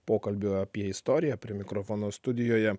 pokalbių apie istoriją prie mikrofono studijoje